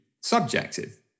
subjective